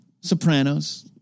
Sopranos